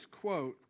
quote